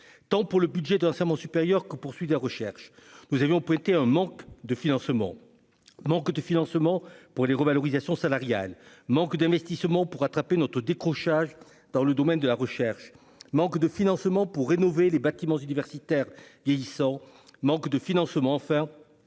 tant le budget de l'enseignement supérieur que celui de la recherche : manque de financements pour les revalorisations salariales ; manque d'investissements pour rattraper notre décrochage dans le domaine de la recherche ; manque de financements pour rénover les bâtiments universitaires vieillissants ; manque de financements, enfin,